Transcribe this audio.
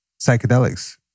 psychedelics